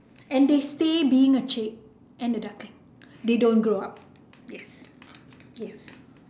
and they stay being a chick and a duckling they don't grow up yes yes